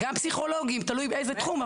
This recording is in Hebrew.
גם פסיכולוגים, תלוי באיזה תחום.